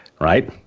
right